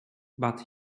but